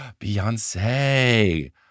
Beyonce